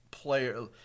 player